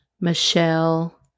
Michelle